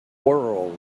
world